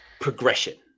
progression